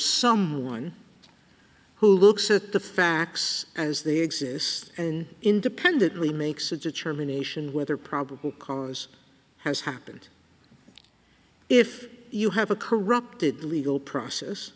someone who looks at the facts as they exist and independently makes a determination whether probable cause has happened if you have a corrupted legal process